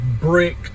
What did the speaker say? brick